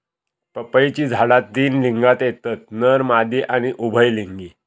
पपईची झाडा तीन लिंगात येतत नर, मादी आणि उभयलिंगी